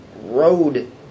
road